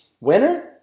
Winner